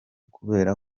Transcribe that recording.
kubera